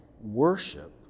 worship